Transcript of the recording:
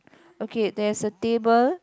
okay there's a table